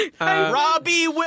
Robbie